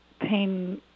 pain